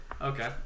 okay